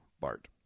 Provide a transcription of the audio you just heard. Bart